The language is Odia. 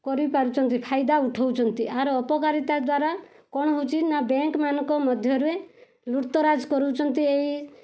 କରିପାରିଛନ୍ତି ଫାଇଦା ଉଠାଉଛନ୍ତି ଆର ଅପକାରିତା ଦ୍ୱାରା କ'ଣ ହେଉଛି ନା ବ୍ୟାଙ୍କ୍ମାନଙ୍କ ମଧ୍ୟରେ ଲୁଟତରାଜ କରୁଛନ୍ତି ଏଇ